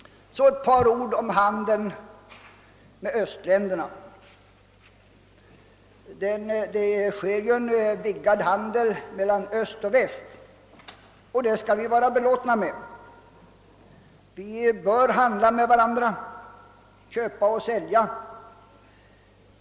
Så några ord om handeln med östländerna. Handeln mellan öst och väst vidgas ju, och det skall vi vara belåtna med. Vi bör handla med varandra, köpa och sälja.